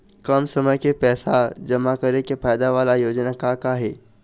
कम समय के पैसे जमा करे के फायदा वाला योजना का का हे?